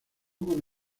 con